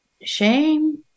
shame